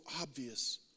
obvious